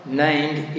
named